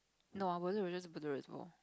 no I will just go to reservoir